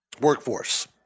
workforce